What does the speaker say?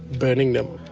burning them.